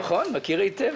נכון, מכיר היטב.